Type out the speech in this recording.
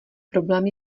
problém